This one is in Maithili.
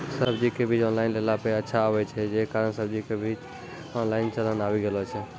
सब्जी के बीज ऑनलाइन लेला पे अच्छा आवे छै, जे कारण सब्जी के बीज ऑनलाइन चलन आवी गेलौ छै?